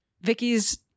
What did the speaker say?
Vicky's